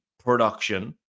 production